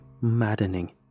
maddening